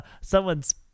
someone's